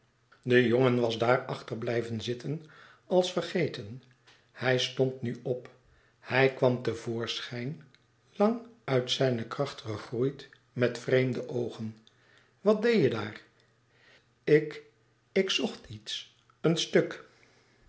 de jongen was daar achter blijven zitten als vergeten hij stond nu op hij kwam te voorschijn lang uit zijne kracht gegroeid met vreemde oogen wat deê je daar ik ik zocht iets een stuk